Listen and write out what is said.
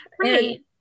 right